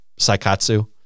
saikatsu